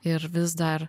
ir vis dar